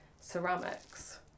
ceramics